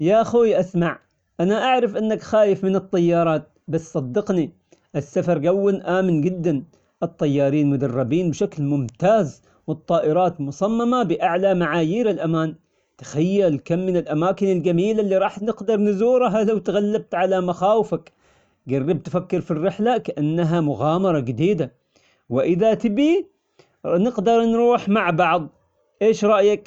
يا خوي اسمع أنا أعرف إنك خايف من الطيارات بس صدقني السفر جوا آمن جدا الطيارين مدربين بشكل ممتاز والطائرات مصممة بأعلى معايير الأمان، تخيل كم من الأماكن الجميلة اللي راح نقدر نزورها لو تغلبت على مخاوفك، جرب تفكر في الرحلة كأنها مغامرة جديدة، وإذا تبيه نقدر نروح مع بعض إيش رأيك؟